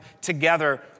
together